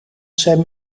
sem